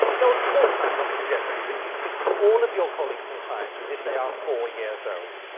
now, of course, i'm not suggesting that you speak to all of your colleagues and clients as if they are four years old,